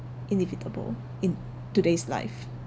inevitable in today's life